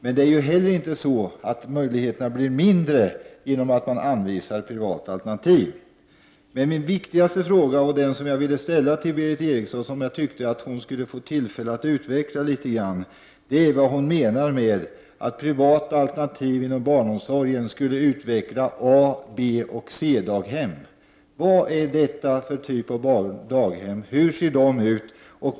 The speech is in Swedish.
Möjligheterna blir inte heller mindre genom att man anvisar privata alternativ. Jag vill ställa en viktig fråga till Berith Eriksson för att hon skall få tillfälle att utveckla sitt resonemang. Vad menar Berith Eriksson med att privata alternativ inom barnomsorgen skulle utveckla A-, B och C-daghem? Vad är detta för typ av daghem? Hur ser de ut?